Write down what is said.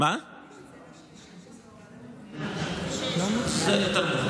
זה יותר מאוחר,